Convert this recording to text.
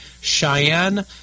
Cheyenne